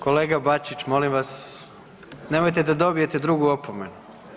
Kolega Bačić, molim vas, nemojte da dobijete drugu opomenu.